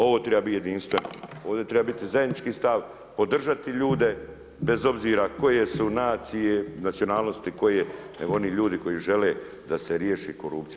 Ovo treba biti jedinstveno, ovo treba biti zajednički stav, podržati ljude, bez obzira koje su nacije, nacionalnosti, koje, nego oni ljudi koji žele da se riješi korupcija.